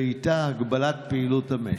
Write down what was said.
ואיתה הגבלת פעילות המשק.